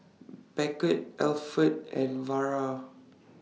Beckett Alford and Vara